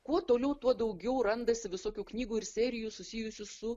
kuo toliau tuo daugiau randasi visokių knygų ir serijų susijusių su